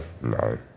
no